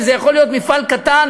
וזה יכול להיות מפעל קטן,